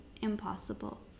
impossible